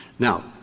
now,